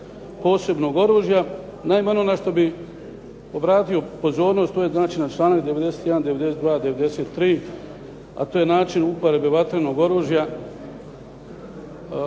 posebno oružja. Naime, ono na što bi obratio pozornost to je znači na članak 91., 92., 93. a to je način uporabe vatrenog oružja.